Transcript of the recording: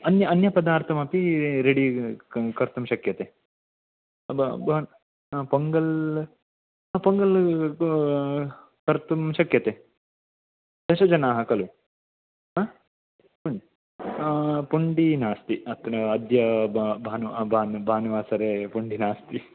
अन्य अन्य पदार्थमपि रेडि कर्तुं शक्यते ब भ पोङ्गल् पोङ्गल् कर्तुं शक्यते दशजनाः खलु आ हुं पुण्डि नास्ति अत्र अद्य भानु भानुवासरे पुण्डि नास्ति